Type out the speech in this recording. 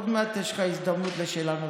עוד מעט יש לך הזדמנות לשאלה נוספת.